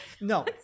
No